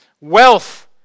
wealth